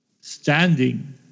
standing